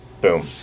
Boom